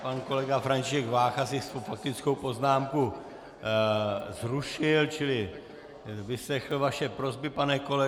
Pan kolega František Vácha si svou faktickou poznámku zrušil, čili vyslechl vaše prosby, pane kolego.